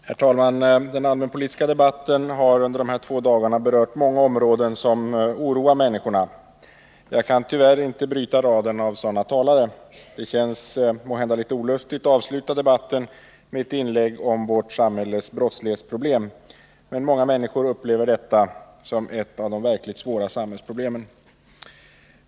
Herr talman! Den allmänpolitiska debatten har under de här två dagarna berört många områden som oroar människorna. Jag kan tyvärr inte bryta raden av sådana talare. Det känns måhända litet olustigt att debatten avslutas med ett inlägg om vårt samhälles brottslighetsproblem, men många människor upplever detta som ett av de verkligt svåra samhällsproblemen.